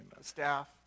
staff